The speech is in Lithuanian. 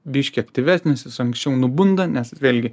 biški aktyvesnis jis anksčiau nubunda nes vėlgi